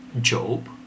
Job